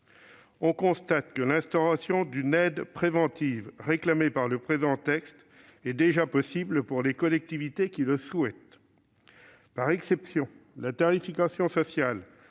On constate que l'instauration d'une aide préventive réclamée par le présent texte est déjà possible pour les collectivités qui le souhaitent. Par exception, la tarification sociale